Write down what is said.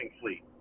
fleet